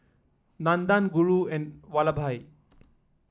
Nandan Guru and Vallabhbhai